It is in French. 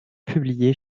publiés